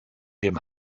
dem